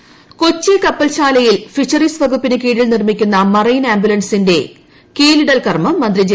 marine ambulance Kochi കപ്പൽശാലയിൽ fisheries വകുപ്പിന് കീഴിൽ നിർമ്മിക്കുന്ന് മറൈൻ ആംബുലൻസിന്റെ കീലിടൽ കർമ്മം മന്ത്രി ജെ